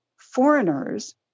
foreigners